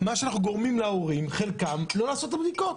אנחנו גורמים לחלק מההורים לא לעשות את הבדיקות.